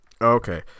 Okay